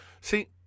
See